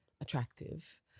attractive